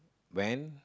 when